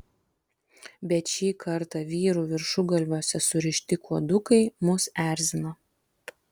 bet šį kartą vyrų viršugalviuose surišti kuodukai mus erzina